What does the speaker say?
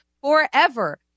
forever